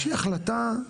איזושהי החלטה,